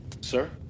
Sir